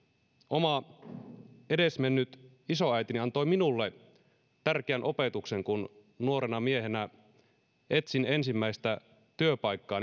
oma edesmennyt isoäitini antoi minulle tärkeän opetuksen kun nuorena miehenä etsin ensimmäistä työpaikkaa